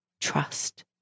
Trust